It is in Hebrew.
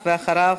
ואחריו,